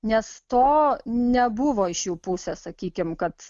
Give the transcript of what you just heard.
nes to nebuvo iš jų pusės sakykim kad